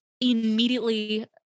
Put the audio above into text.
immediately